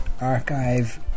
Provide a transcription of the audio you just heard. archive